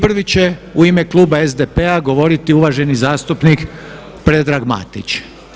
Prvi će u ime kluba SDP-a govoriti uvaženi zastupnik Predrag Matić.